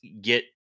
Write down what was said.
get